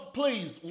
please